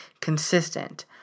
consistent